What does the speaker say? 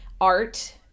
art